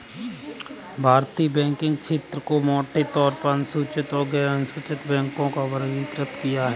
भारतीय बैंकिंग क्षेत्र को मोटे तौर पर अनुसूचित और गैरअनुसूचित बैंकों में वर्गीकृत किया है